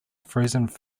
frozen